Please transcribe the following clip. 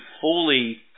fully